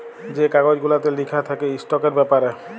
যে কাগজ গুলাতে লিখা থ্যাকে ইস্টকের ব্যাপারে